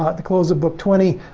the close of book twenty,